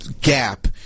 gap